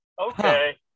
Okay